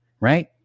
right